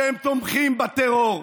שהם תומכים בטרור.